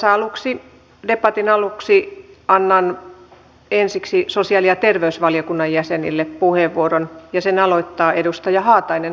tässä debatin aluksi annan ensiksi sosiaali ja terveysvaliokunnan jäsenille puheenvuoron ja sen aloittaa edustaja haatainen olkaa hyvä